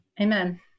amen